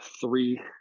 three